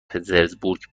پترزبورگ